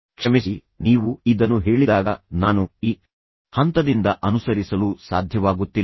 ಕ್ಷಮಿಸಿ ನೀವು ಇದನ್ನು ಹೇಳಿದಾಗ ನಾನು ಈ ಹಂತದಿಂದ ಅನುಸರಿಸಲು ಸಾಧ್ಯವಾಗುತ್ತಿಲ್ಲ